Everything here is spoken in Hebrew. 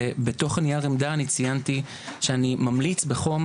ובתוך הנייר עמדה אני ציינתי שאני ממליץ בחום,